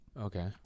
Okay